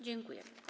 Dziękuję.